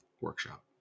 Workshop